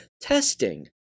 testing